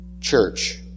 church